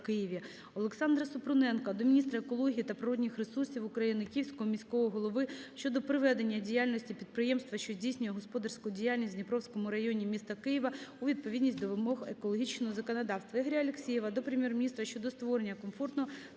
Олександра Супруненка до міністра екології та природних ресурсів України, Київського міського голови щодо приведення діяльності підприємства, що здійснює господарську діяльність у Дніпровському районі міста Києва, у відповідність до вимог екологічного законодавства.